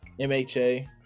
MHA